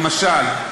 למשל,